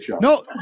No